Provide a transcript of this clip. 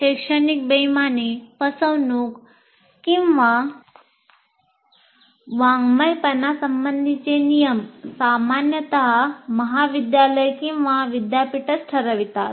शैक्षणिक बेईमानी फसवणूक किंवा वाङ्मयपणासंबंधीचे नियम सामान्यत महाविद्यालय किंवा विद्यापीठच ठरवतात